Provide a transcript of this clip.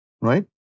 right